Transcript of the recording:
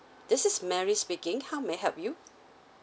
this is mary speaking how may I help you